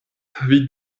havi